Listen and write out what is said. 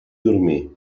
dormir